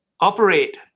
operate